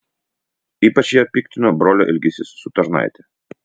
ypač ją piktino brolio elgesys su tarnaite